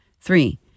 Three